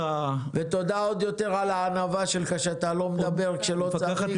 ותודה עוד יותר על הענווה שלך שאתה לא מדבר כשלא צריך.